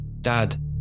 Dad